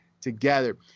together